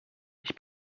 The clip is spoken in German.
ich